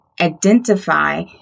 identify